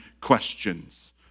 questions